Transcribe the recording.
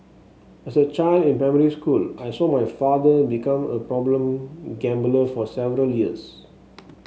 as a child in primary school I saw my father become a problem gambler for several years